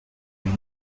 when